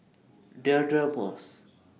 Deirdre Moss